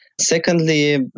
Secondly